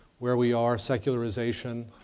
where we are secularization.